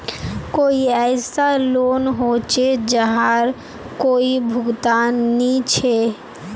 कोई ऐसा लोन होचे जहार कोई भुगतान नी छे?